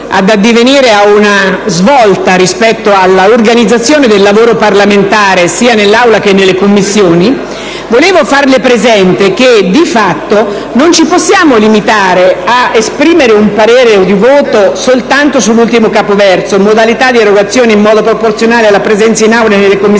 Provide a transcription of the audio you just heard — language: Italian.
ad addivenire a una svolta rispetto all'organizzazione del lavoro parlamentare in Aula e nelle Commissioni, vorrei farle presente che di fatto non ci possiamo limitare a esprimere un parere o un voto soltanto sull'ultimo capoverso, là dove si afferma: « a prevedere una modalità di erogazione in modo proporzionale alla presenza in Aula e nelle Commissioni